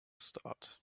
start